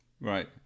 Right